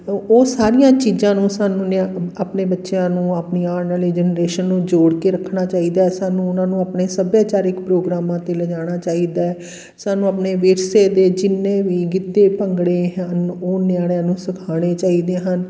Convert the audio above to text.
ਓ ਉਹ ਸਾਰੀਆਂ ਚੀਜ਼ਾਂ ਨੂੰ ਸਾਨੂੰ ਨਿਆਣ ਆਪਣੇ ਬੱਚਿਆਂ ਨੂੰ ਆਪਣੀ ਆਉਣ ਵਾਲੀ ਜਨਰੇਸ਼ਨ ਨੂੰ ਜੋੜ ਕੇ ਰੱਖਣਾ ਚਾਹੀਦਾ ਸਾਨੂੰ ਉਹਨਾਂ ਨੂੰ ਆਪਣੇ ਸੱਭਿਆਚਾਰਿਕ ਪ੍ਰੋਗਰਾਮਾਂ 'ਤੇ ਲਿਜਾਣਾ ਚਾਹੀਦਾ ਸਾਨੂੰ ਆਪਣੇ ਵਿਰਸੇ ਦੇ ਜਿੰਨੇ ਵੀ ਗਿੱਧੇ ਭੰਗੜੇ ਹਨ ਉਹ ਨਿਆਣਿਆਂ ਨੂੰ ਸਿਖਾਉਣੇ ਚਾਹੀਦੇ ਹਨ